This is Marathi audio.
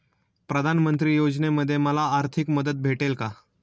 प्रधानमंत्री योजनेमध्ये मला आर्थिक मदत भेटेल का?